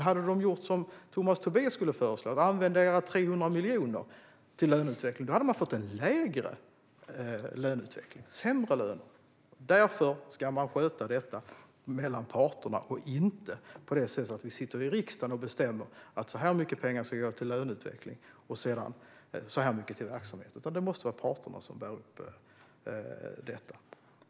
Hade de gjort som du, Tomas Tobé, skulle föreslå och använt era 300 miljoner till löneutveckling skulle de ha fått en lägre löneutveckling med sämre löner. Därför ska man sköta detta mellan parterna. Vi ska inte sitta här i riksdagen och bestämma hur mycket som ska gå till löneutveckling och hur mycket som ska gå till verksamhet, utan det måste vara parterna som bär upp detta.